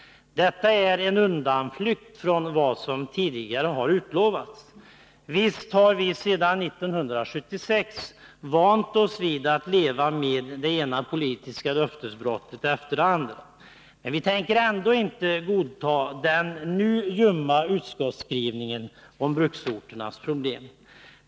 Detta är en undanflykt från det som tidigare har utlovats. Visst har vi sedan 1976 vant oss vid att leva med det ena politiska löftesbrottet efter det andra. Men vi tänker ändå inte nu godta den ljumma utskottsskrivningen om bruksorternas problem.